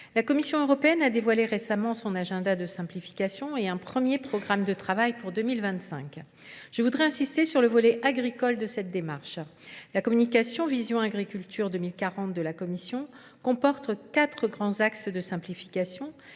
La Commission Européenne a dévoilé récemment son agenda de simplification et un premier programme de travail pour 2025. Je voudrais insister sur le volet agricole de cette démarche. La communication Vision Agriculture 2040 de la Commission comporte quatre grands axes de simplification